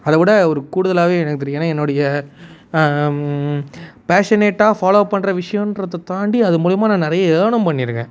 அதை விட ஒரு கூடுதலாக எனக்கு தெரியும் ஏன்னா என்னுடைய பேஷனேட்டாக ஃபாலோ பண்ணுற விஷயன்றத தாண்டி அது மூலிமா நான் நிறைய ஏர்னும் பண்ணியிருக்கேன்